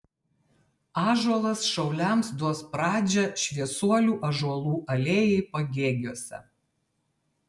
ąžuolas šauliams duos pradžią šviesuolių ąžuolų alėjai pagėgiuose